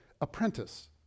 apprentice